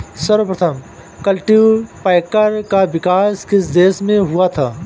सर्वप्रथम कल्टीपैकर का विकास किस देश में हुआ था?